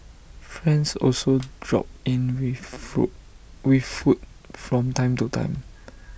friends also drop in with fruit with food from time to time